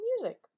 music